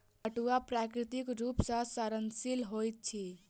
पटुआ प्राकृतिक रूप सॅ सड़नशील होइत अछि